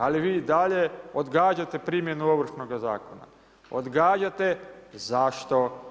Ali vi i dalje odgađate primjenu Ovršnoga zakona, odgađate, zašto?